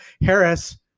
Harris